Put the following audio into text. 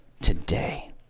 today